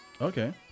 Okay